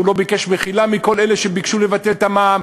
הוא לא ביקש מחילה מכל אלה שביקשו לבטל את המע"מ,